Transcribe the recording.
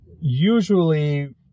usually